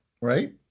right